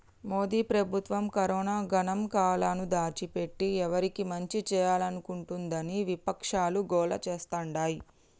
మోదీ ప్రభుత్వం కరోనా గణాంకాలను దాచిపెట్టి ఎవరికి మంచి చేయాలనుకుంటోందని విపక్షాలు గోల చేస్తాండాయి